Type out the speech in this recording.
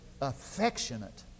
affectionate